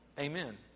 Amen